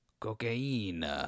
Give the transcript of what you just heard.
cocaine